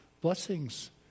blessings